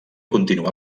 continuar